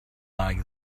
like